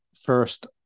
first